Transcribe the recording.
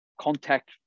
contact